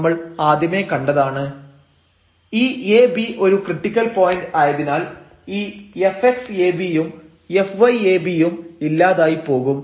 Δfh fx abk fy ab12 h2 fxx2hk fxyk2 fkk a b ⋯ ഈ ab ഒരു critical point ആയതിനാൽ ഈ fx ab യും fy ab യും ഇല്ലാതായി പോകും